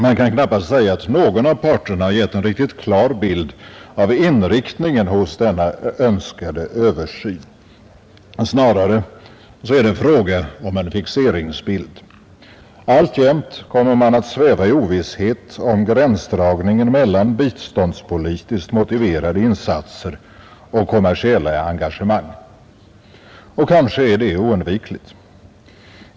Man kan då knappast säga att någon av parterna gett en riktigt klar bild av inriktningen av denna önskade översyn. Snarare är det fråga om en fixeringsbild. Alltjämt kommer man att sväva i ovisshet om gränsdragningen mellan biståndspolitiskt motiverade insatser och kommersiella engagemang, och kanske är det oundvikligt.